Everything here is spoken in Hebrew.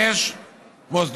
תודה.